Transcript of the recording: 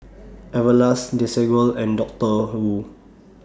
Everlast Desigual and Doctor Wu